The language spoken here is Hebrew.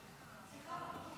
חבריי חברי הכנסת, שלשום